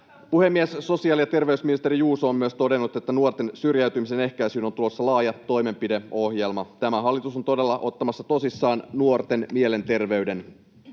Puhemies! Sosiaali- ja terveysministeri Juuso on myös todennut, että nuorten syrjäytymisen ehkäisyyn on tulossa laaja toimenpideohjelma. Tämä hallitus on todella ottamassa tosissaan nuorten mielenterveyden